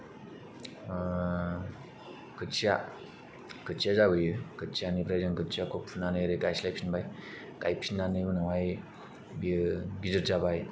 खोथिया खोथिया जाबोयो खोथियानिफ्राय जों खोथियाखौ फुनानै ओरै गायस्लाय फिनबाय गाय फिननायनि उनाव हाय बेयो गिदिर जाबाय